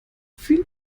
viel